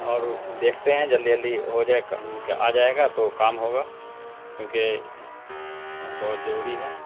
اور دیکھتے ہیں جلدی جلدی ہو جائے آ جائے گا تو کام ہوگا کیونکہ بہت ضروری ہے